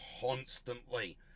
constantly